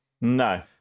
No